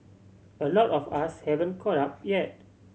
a lot of us haven't caught up yet